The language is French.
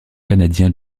canadien